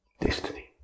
destiny